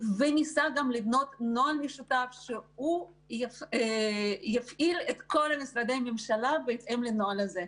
וניסה גם לבנות נוהל משותף שיפעיל את כל משרדי הממשלה בהתאם לנוהל הזה.